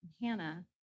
Hannah